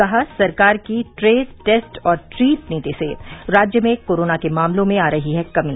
कहा सरकार की ट्रेस टेस्ट और ट्रीट नीति से राज्य में कोरोना के मामलों में आ रही है कमी